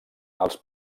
els